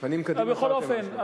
בכל אופן,